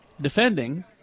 defending